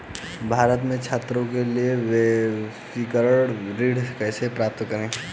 भारत में छात्रों के लिए व्यक्तिगत ऋण कैसे प्राप्त करें?